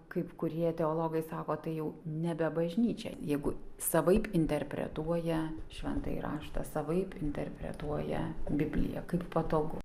kaip kurie teologai sako tai jau nebe bažnyčia jeigu savaip interpretuoja šventąjį raštą savaip interpretuoja bibliją kaip patogu